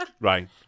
Right